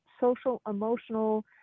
social-emotional